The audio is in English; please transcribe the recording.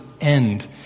end